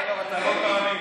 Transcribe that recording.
דרך אגב, אתה לא תאמין,